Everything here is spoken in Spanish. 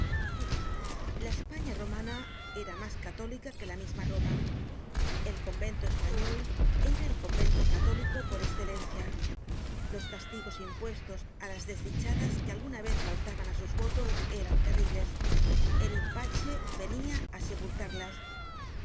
la españa romana era mas católica que la misma roma el convento español era el convento católico por escelencia los castigos impuestos á las desdichadas que alguna vez faltaban á sus votos eran terribles el inpace venia á sepultarlas hoy